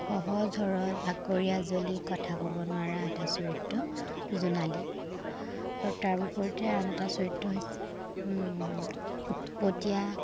সহজ সৰল আঁকৰী আজলী কথা ক'ব নোৱাৰা এটা চৰিত্ৰ জোনালী আৰু তাৰ বিপৰীতে আন এটা চৰিত্ৰ হৈছে উৎপতীয়া